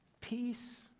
Peace